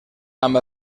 amb